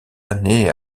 années